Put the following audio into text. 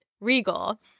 regal